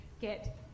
get